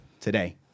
today